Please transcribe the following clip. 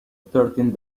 thirteen